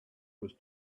was